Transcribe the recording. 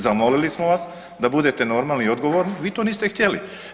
Zamolili smo vas da budete normalni i odgovorni, vi to niste htjeli.